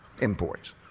imports